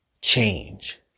change